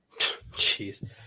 jeez